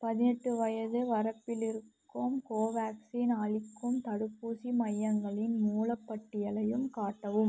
பதினெட்டு வயது வரப்பிலிருக்கும் கோவேக்ஸின் அளிக்கும் தடுப்பூசி மையங்களின் மூலப் பட்டியலையும் காட்டவும்